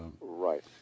Right